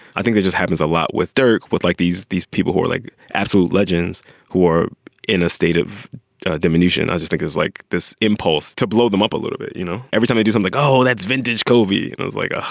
i think that just happens a lot with dirk would like these these people who are like absolute legends who are in a state of diminution. i just think it's like this impulse to blow them up a little bit. you know, every time we do something, oh, that's vintage kobe, those like, ah